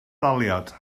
daliad